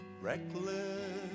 Reckless